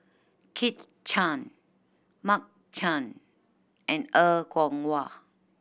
Kit Chan Mark Chan and Er Kwong Wah